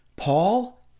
Paul